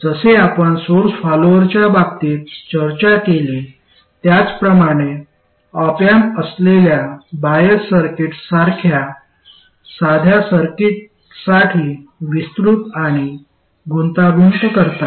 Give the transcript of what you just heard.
जसे आपण सोर्स फॉलोअरच्या बाबतीत चर्चा केली त्याप्रमाणे ऑप एम्प असलेल्या बायस सर्किट्स यासारख्या साध्या सर्किटसाठी विस्तृत आणि गुंतागुंत करतात